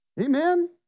Amen